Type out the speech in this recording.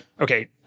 okay